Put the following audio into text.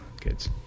kids